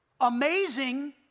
Amazing